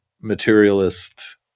materialist